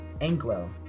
anglo